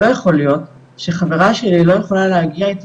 לא יכול להיות שחברה שלי לא יכולה להגיע איתי